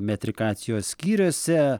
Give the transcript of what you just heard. metrikacijos skyriuose